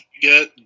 get